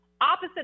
opposite